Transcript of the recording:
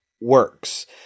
works